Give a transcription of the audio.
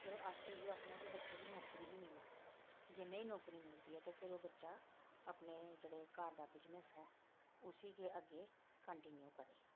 चलो अस ते इयो आखने आं कि बच्चे गी नौकरी ही मिले जे नेईं नौकरी मिलदी ऐ ते फेर ओह् बच्चा अपने जेह्ड़े घर दा बिजनस ऐ उसी गै अग्गें कंटीन्यु करै